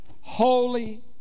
holy